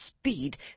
speed